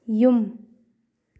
ꯌꯨꯝ